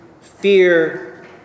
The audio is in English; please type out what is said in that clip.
fear